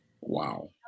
Wow